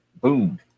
Boom